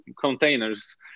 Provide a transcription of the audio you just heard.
containers